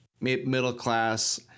middle-class